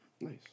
Nice